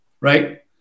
right